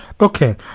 Okay